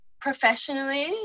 professionally